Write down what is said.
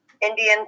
Indian